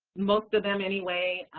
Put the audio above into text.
most of them anyway.